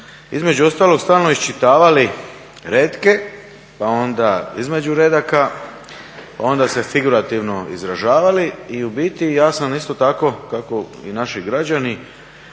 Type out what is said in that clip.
između ostalog stalno iščitavali retke, pa onda između redaka, onda se figurativno izražavali i u biti ja sam isto tako kako i naši građani